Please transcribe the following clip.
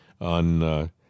on